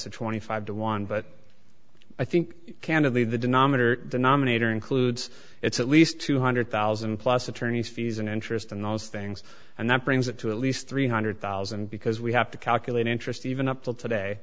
of twenty five to one but i think candidly the denominator denominator includes it's at least two hundred thousand plus attorneys fees and interest in those things and that brings it to at least three hundred thousand because we have to calculate interest even up till today